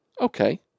okay